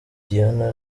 diana